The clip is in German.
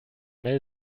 mel